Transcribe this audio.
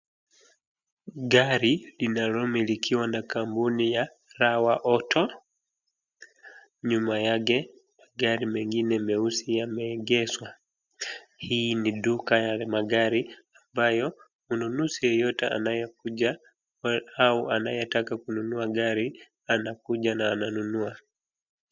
Gari linalomilikiwa na kampuni la Rawa Auto, nyuma yake magari mengine meusi yameegeshwa. Hii ni duka ya magari ambayo mnunuzi yeyote anayekuja au anayetaka kununua gari anakuja na ananunua.